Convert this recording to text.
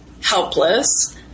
helpless